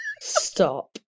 Stop